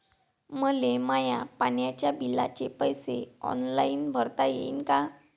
मले माया पाण्याच्या बिलाचे पैसे ऑनलाईन भरता येईन का?